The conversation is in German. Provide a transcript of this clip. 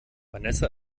vanessa